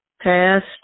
past